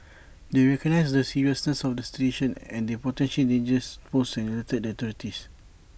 they recognised the seriousness of the situation and the potential danger posed and alerted the authorities